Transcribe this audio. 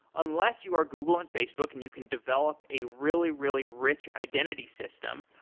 unless you are google and facebook, and you can develop a really, really rich identity system,